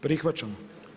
Prihvaćamo.